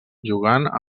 jugant